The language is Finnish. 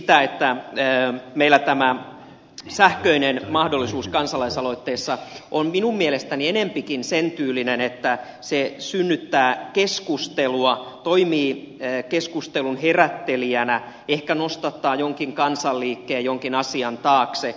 niin meillä tämä sähköinen mahdollisuus kansalaisaloitteessa on minun mielestäni enempikin sentyylinen että se synnyttää keskustelua toimii keskustelun herättelijänä ehkä nostattaa jonkin kansanliikkeen jonkin asian taakse